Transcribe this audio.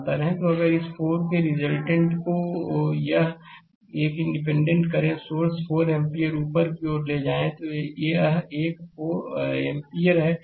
तो अगर इस 4 के रिजल्टेंट को यह एक इंडिपेंडेंट करंट सोर्स 4 एम्पीयर ऊपर की ओर ले जाए तो यह एक एम्पीयर है